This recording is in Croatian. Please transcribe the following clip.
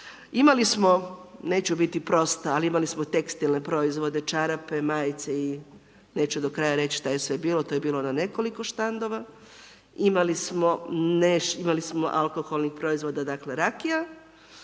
Imali smo, neću biti prosta, ali imali smo tekstilne proizvode, čarape, majice i neću do kraja reći šta je sve bilo, to je bilo na nekoliko štandova, imali smo alkoholnih proizvoda dakle rakija,